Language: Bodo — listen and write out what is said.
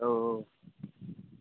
औ औ